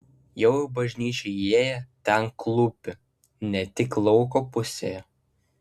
jau į bažnyčią įėję ten klūpi ne tik lauko pusėje